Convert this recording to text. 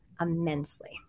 immensely